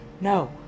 No